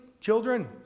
children